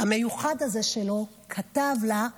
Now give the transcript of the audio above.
המיוחד הזה שלו כתב לה: